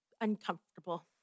uncomfortable